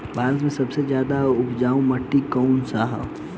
भारत मे सबसे ज्यादा उपजाऊ माटी कउन सा ह?